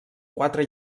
quatre